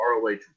ROH